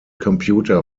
computer